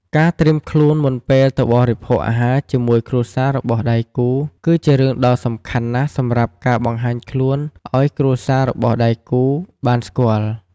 ការត្រៀមខ្លួនមុនពេលទៅបរិភោគអាហារជាមួយគ្រួសាររបស់ដៃគូ គីជារឿងដ៏សំខាន់ណាស់សម្រាប់ការបង្ហាញខ្លនឲ្យគ្រួសាររបស់ដៃគូបានស្គាល់។